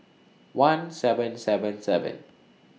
one seven seven seven